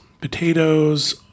potatoes